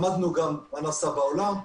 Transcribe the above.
למדנו גם מה נעשה בעולם.